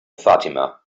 fatima